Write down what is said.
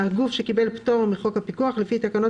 הגוף שקיבל פטור מחוק הפיקוח לפי תקנות